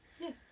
Yes